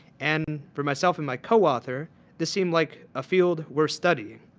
and for myself and my co-author this seemed like a field worth studying.